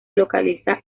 localiza